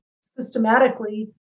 systematically